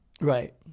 Right